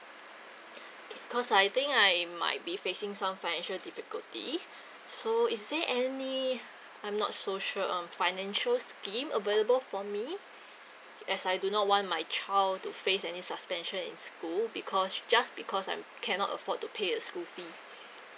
K cause I think I might be facing some financial difficulty so is there any I'm not so sure um financial scheme available for me as I do not want my child to face any suspension in school because just because I cannot afford to pay the school fees